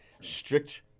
strict